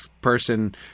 person